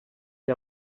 ell